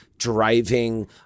Driving